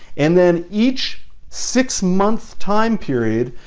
and then each six month time period,